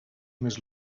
més